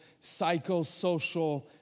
psychosocial